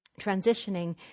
transitioning